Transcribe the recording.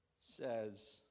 says